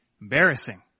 embarrassing